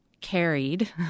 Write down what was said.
carried